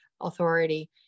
authority